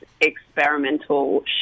experimental